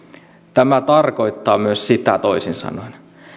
tämä tarkoittaa myös sitä toisin sanoen